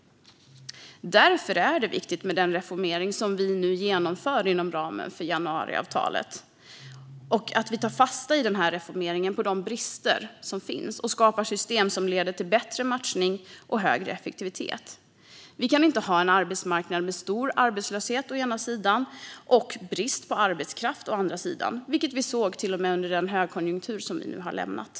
Därför är det viktigt med den reformering som vi nu genomför inom ramen för januariavtalet och att vi i denna reformering tar fasta på de brister som finns och skapar system som leder till bättre matchning och högre effektivitet. Vi kan inte ha en arbetsmarknad med stor arbetslöshet å ena sidan och brist på arbetskraft å andra sidan, vilket vi såg till och med under den högkonjunktur som vi nu har lämnat.